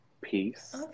peace